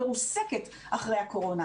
מרוסקת אחרי הקורונה,